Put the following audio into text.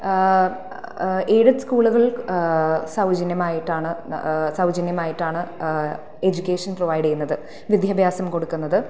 aided സ്കൂളുകൾ സൗജന്യമായിട്ടാണ് സൗജന്യമായിട്ടാണ് എഡ്യൂക്കേഷൻ പ്രൊവൈഡ് ചെയ്യുന്നത് വിദ്യാഭ്യാസം കൊടുക്കുന്നത്